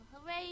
Hooray